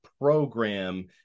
program